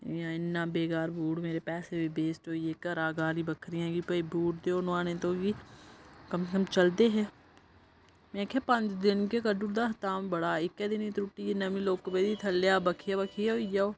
इ'यां इन्ना बेकार बूट मेरे पैसे बी वेस्ट होई गे घरा गाली बक्खरियां कि भई बूट देओ नुआने तुगी कम से कम चलदे हे में आखेआ पंज गै दिन कड्डू उड़दा तां बी बड़ा इक्कै दिनै त्रुट्टी गेआ नमीं लुक्क पेदी ही थल्लेआ बक्खी बक्खी होई गेआ ओह्